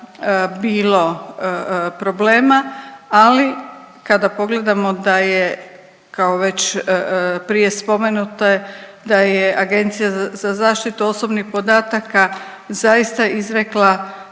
bilo problema, ali kada pogledamo da je kao već prije spomenuto da je Agencija za zaštitu osobnih podataka zaista izrekla